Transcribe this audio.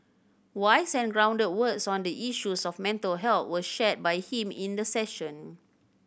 wise and grounded words on the issues of mental health were shared by him in the session